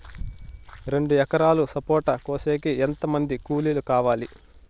రెండు ఎకరాలు సపోట కోసేకి ఎంత మంది కూలీలు కావాలి?